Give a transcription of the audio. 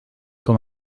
com